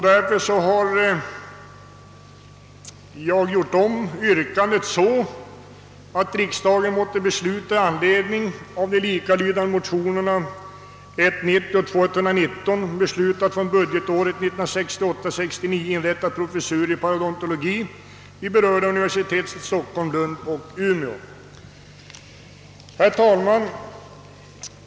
Därför yrkar jag att riksdagen med anledning av de likalydande motionerna I: 90 och II: 119 måtte för budgetåret 1968/69 inrätta professurer i parodontologi vid berörda universitet i Stockholm, Lund och Umeå. Herr talman!